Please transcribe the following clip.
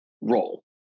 role